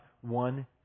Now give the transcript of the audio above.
one